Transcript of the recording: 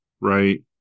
right